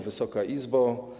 Wysoka Izbo!